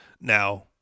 Now